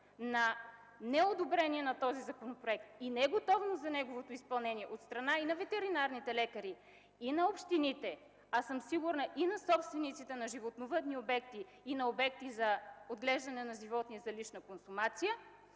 на неодобрение на този законопроект и неготовност за неговото изпълнение от страна и на ветеринарните лекари, и на общините, а сигурна съм и на собствениците на животновъдни обекти и обекти за отглеждане на животни за лична консумация,